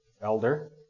elder